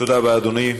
תודה רבה, אדוני.